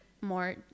more